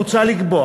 מוצע לקבוע